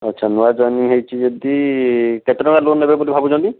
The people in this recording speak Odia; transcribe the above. ଆଚ୍ଛା ନୂଆ ଜଏନିଂ ହେଇଛି ଯଦି କେତେ ଟଙ୍କା ଲୋନ୍ ନେବେ ବୋଲି ଭାବୁଛନ୍ତି